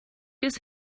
his